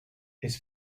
his